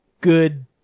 good